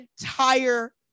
entire